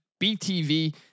BTV